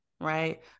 Right